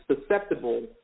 susceptible